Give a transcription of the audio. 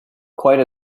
quite